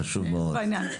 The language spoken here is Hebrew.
חשוב מאוד.